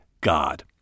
God